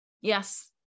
Yes